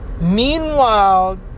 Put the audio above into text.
Meanwhile